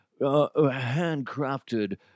handcrafted